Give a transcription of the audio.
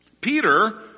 Peter